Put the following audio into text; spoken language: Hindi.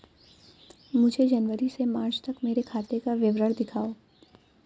मुझे जनवरी से मार्च तक मेरे खाते का विवरण दिखाओ?